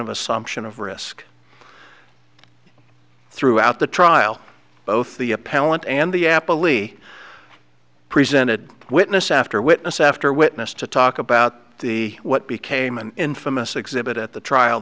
of assumption of risk throughout the trial both the appellant and the apple e presented witness after witness after witness to talk about the what became an infamous exhibit at the trial